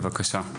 בבקשה.